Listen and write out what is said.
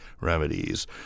remedies